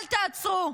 אל תעצרו.